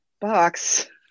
box